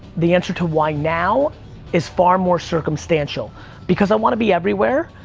the answer to why now is far more circumstantial because i want to be everywhere.